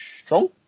Strong